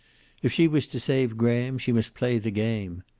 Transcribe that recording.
if she was to save graham she must play the game.